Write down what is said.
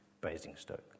Basingstoke